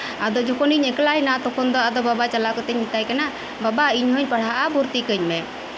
ᱟᱫᱚ ᱡᱚᱠᱷᱚᱱᱤᱧ ᱮᱠᱞᱟᱭᱮᱱᱟ ᱛᱚᱠᱷᱚᱱ ᱫᱚ ᱟᱫᱚ ᱵᱟᱵᱟ ᱪᱟᱞᱟᱣ ᱠᱟᱛᱮᱫ ᱤᱧ ᱢᱮᱛᱟᱭ ᱠᱟᱱᱟ ᱵᱟᱵᱟᱧ ᱢᱮᱛᱟᱭ ᱠᱟᱱᱟ ᱵᱟᱵᱟ ᱤᱧ ᱦᱚᱸᱧ ᱯᱟᱲᱦᱟᱜᱼᱟ ᱵᱷᱚᱨᱛᱤ ᱠᱟᱹᱧ ᱢᱮ